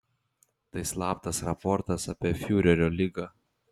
tai slaptas raportas apie fiurerio ligą